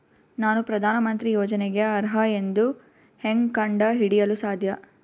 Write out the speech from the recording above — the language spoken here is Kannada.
ನಾನು ಪ್ರಧಾನ ಮಂತ್ರಿ ಯೋಜನೆಗೆ ಅರ್ಹ ಎಂದು ಹೆಂಗ್ ಕಂಡ ಹಿಡಿಯಲು ಸಾಧ್ಯ?